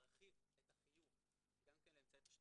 "פרט זיהוי של המשלם או פרט זיהוי מאמצעי התשלום".